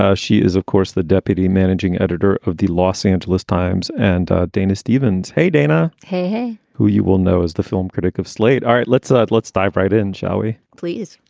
ah she is, of course, the deputy managing editor of the los angeles times and dana stevens. hey, dana. hey, hey. who you will know as the film critic of slate. all right. let's start ah let's dive right in, shall we? please.